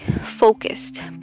focused